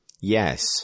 Yes